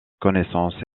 connaissance